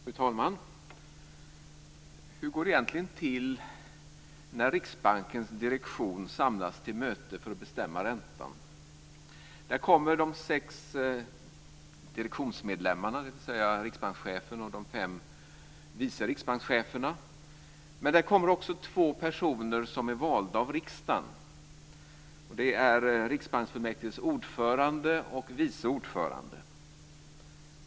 Fru talman! Hur går det egentligen till när Riksbankens direktion samlas till möte för att bestämma räntan? Där kommer de sex direktionsmedlemmarna, dvs. riksbankschefen och de fem vice riksbankscheferna. Men där kommer också två personer som är valda av riksdagen. Det är riksbanksfullmäktiges ordförande och vice ordförande.